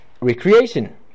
recreation